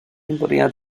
oeddech